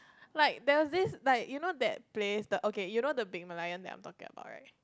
like there was this like you know that place okay you know the big Merlion that I am talking about right